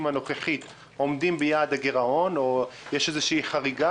הנוכחית עומדים ביעד הגירעון או יש איזו חריגה,